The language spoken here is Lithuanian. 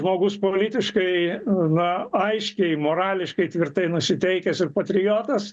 žmogus politiškai na aiškiai morališkai tvirtai nusiteikęs ir patriotas